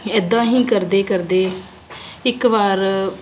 ਇੱਦਾਂ ਹੀ ਕਰਦੇ ਕਰਦੇ ਇੱਕ ਵਾਰ